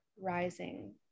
rising